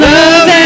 Love